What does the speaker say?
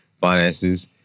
finances